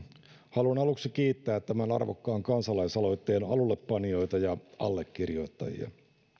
haluan aluksi kiittää tämän arvokkaan kansalaisaloitteen alullepanijoita ja allekirjoittajia